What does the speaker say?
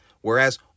Whereas